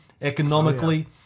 economically